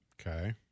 Okay